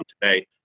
today